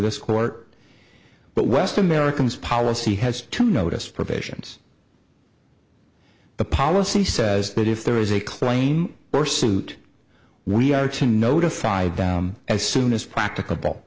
this court but west americans policy has to notice provisions the policy says that if there is a claim for suit we are to notify them as soon as practica